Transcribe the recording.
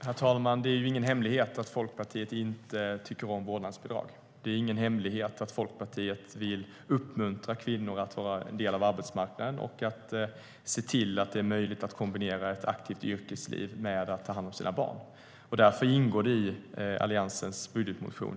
Herr talman! Det är ingen hemlighet att Folkpartiet inte tycker om vårdnadsbidrag. Det är ingen hemlighet att Folkpartiet vill uppmuntra kvinnor att vara en del av arbetsmarknaden och se till att det är möjligt att kombinera ett aktivt yrkesliv med att ta hand om sina barn. Därför ingår det i Alliansens budgetmotion.